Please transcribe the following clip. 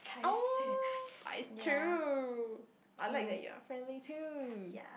um but it's true I like that you are friendly too